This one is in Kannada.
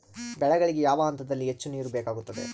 ಬೆಳೆಗಳಿಗೆ ಯಾವ ಹಂತದಲ್ಲಿ ಹೆಚ್ಚು ನೇರು ಬೇಕಾಗುತ್ತದೆ?